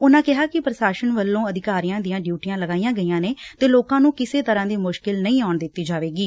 ਉਨੂਾਂ ਕਿਹਾ ਕਿ ਪ੍ਰਸ਼ਾਸਨ ਵੱਲੋਂ ਅਧਿਕਾਰੀਆਂ ਦੀਆਂ ਡਿਊਟੀਆਂ ਲਗਾਈਆਂ ਗਈਆਂ ਨੇ ਤੇ ਲੋਕਾਂ ਨੂੰ ਕਿਸੇ ਤਰੂਾਂ ਦੀ ਮੁਸ਼ਕਿਲ ਨਹੀ ਆਊਣ ਦਿੱਤੀ ਜਾਵੇਗੀ